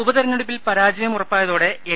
ഉപതെരഞ്ഞെടുപ്പിൽ പരാജയം ഉറപ്പായതോടെ എൽ